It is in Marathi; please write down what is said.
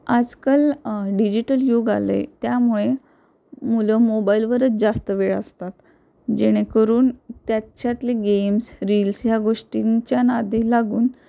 आजकाल डिजिटल युग आलं आहे त्यामुळे मुलं मोबाईलवरच जास्त वेळ असतात जेणेकरून त्याच्यातले गेम्स रील्स ह्या गोष्टींच्या नादी लागून